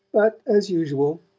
but, as usual,